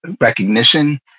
recognition